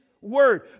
word